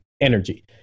energy